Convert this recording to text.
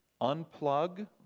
unplug